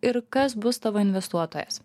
ir kas bus tavo investuotojas